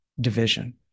division